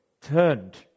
turned